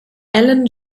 allen